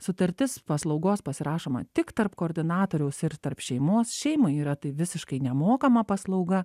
sutartis paslaugos pasirašoma tik tarp koordinatoriaus ir tarp šeimos šeimai yra tai visiškai nemokama paslauga